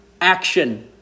action